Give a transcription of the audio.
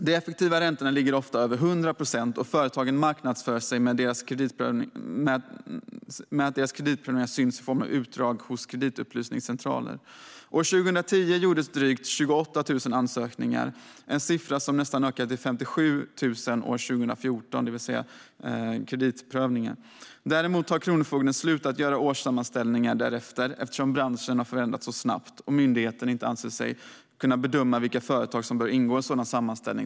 De effektiva räntorna ligger ofta över 100 procent, och företagen marknadsför sig med att deras kreditprövningar syns i form av utdrag hos kreditupplysningscentraler. År 2010 gjordes drygt 28 000 ansökningar. Det är en siffra som ökade till nästan 57 000 kreditprövningar år 2014. Därefter har kronofogden slutat göra årssammanställningar, eftersom branschen har förändrats så snabbt att myndigheten anser sig inte kunna bedöma vilka företag som bör ingå i en sådan sammanställning.